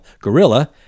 *Gorilla*